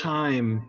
time